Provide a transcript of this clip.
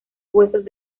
huesos